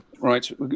Right